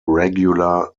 regular